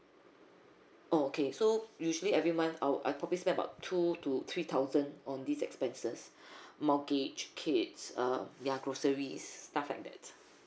okay so usually every month I'll I probably spend about two to three thousand on these expenses mortgage kids uh ya groceries stuff like that